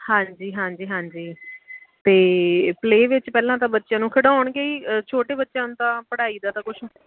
ਹਾਂਜੀ ਹਾਂਜੀ ਹਾਂਜੀ ਅਤੇ ਪਲੇਅਵੇਅ ਵਿੱਚ ਪਹਿਲਾਂ ਤਾਂ ਬੱਚਿਆਂ ਨੂੰ ਖਿਡਾਉਣਗੇ ਹੀ ਛੋਟੇ ਬੱਚਿਆਂ ਨੂੰ ਤਾਂ ਪੜ੍ਹਾਈ ਦਾ ਤਾਂ ਕੁਛ